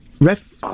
ref